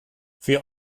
für